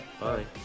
Bye